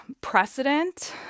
precedent